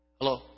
Hello